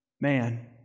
man